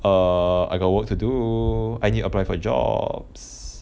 err I got work to do I need apply for jobs